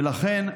ולכן,